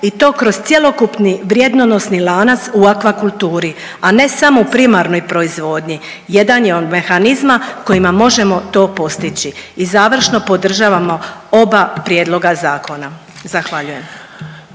i to kroz cjelokupni vrijednonosni lanac u aquakulturi, a ne samo u primarnoj proizvodnji jedan je od mehanizma kojima možemo to postići. I završno, podržavamo oba prijedloga zakona. Zahvaljujem.